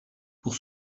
pour